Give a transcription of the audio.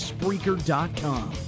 Spreaker.com